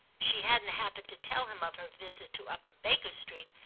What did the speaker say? she hadn't happened to tell him of her visit to upper baker street,